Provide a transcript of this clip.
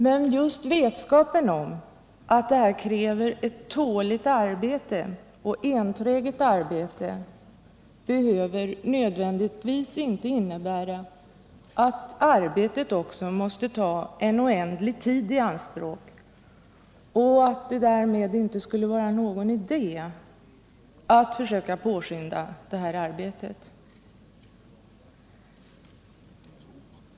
Men just vetskapen om att det krävs ett tåligt och enträget arbete behöver inte nödvändigtvis innebära att arbetet också måste ta en oändlig tid i anspråk och att det därmed inte är någon idé att försöka påskynda det här arbetet.